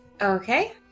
Okay